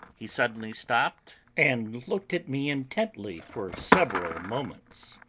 he suddenly stopped and looked at me intently for several moments.